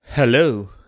Hello